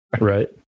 Right